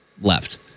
left